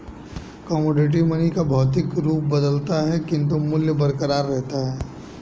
commodity money का भौतिक रूप बदलता है किंतु मूल्य बरकरार रहता है